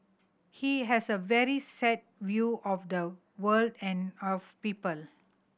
he has a very set view of the world and of people